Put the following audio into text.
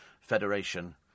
Federation